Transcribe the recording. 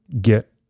Get